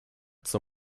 zur